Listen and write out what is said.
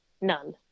None